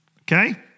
Okay